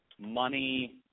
money